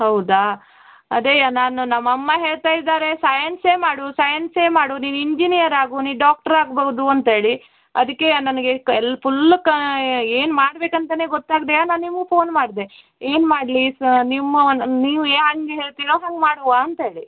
ಹೌದಾ ಅದೇಯ ನಾನು ನಮ್ಮಮ್ಮ ಹೇಳ್ತಾ ಇದ್ದಾರೆ ಸಯನ್ಸೇ ಮಾಡು ಸಯನ್ಸೇ ಮಾಡು ನೀನು ಇಂಜಿನಿಯರ್ ಆಗು ನೀ ಡಾಕ್ಟ್ರ್ ಆಗ್ಬಹುದು ಅಂತೇಳಿ ಅದಕ್ಕೆ ನನಗೆ ಎಲ್ ಪುಲ್ ಏನು ಮಾಡ್ಬೇಕು ಅಂತಾನೆ ಗೊತ್ತಾಗ್ದೆ ನಾ ನಿಮಗೆ ಫೋನ್ ಮಾಡಿದೆ ಏನು ಮಾಡಲಿ ಸಾರ್ ನಿಮ್ಮ ಒನ್ ನೀವು ಹೆಂಗೆ ಹೇಳ್ತಿರಾ ಹಂಗೆ ಮಾಡುವ ಅಂತೇಳಿ